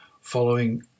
following